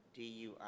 DUI